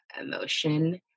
emotion